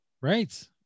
Right